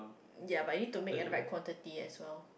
ya but need to make and write quantity as well